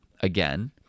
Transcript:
again